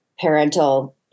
parental